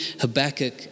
Habakkuk